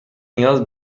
نیاز